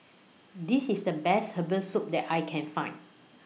This IS The Best Herbal Soup that I Can Find